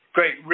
Great